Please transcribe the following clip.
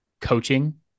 coaching